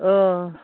औ